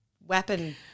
weapon